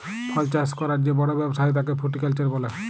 ফল চাষ ক্যরার যে বড় ব্যবসা হ্যয় তাকে ফ্রুটিকালচার বলে